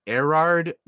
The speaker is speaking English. Erard